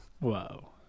Whoa